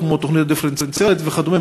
כמו תוכנית דיפרנציאלית וכדומה,